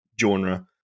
genre